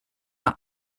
pat